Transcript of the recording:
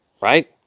right